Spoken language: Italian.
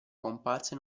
comparsa